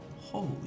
Holy